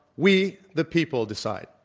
we the people, decide.